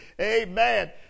Amen